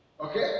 Okay